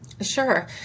Sure